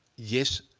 yes,